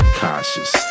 cautious